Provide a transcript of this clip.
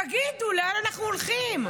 תגידו לאן אנחנו הולכים.